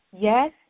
Yes